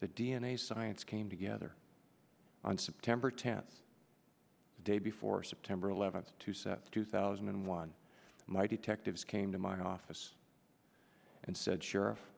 the d n a science came together on september tenth the day before september eleventh to sept two thousand and one my detectives came to my office and said sheriff